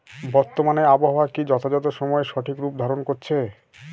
বর্তমানে আবহাওয়া কি যথাযথ সময়ে সঠিক রূপ ধারণ করছে?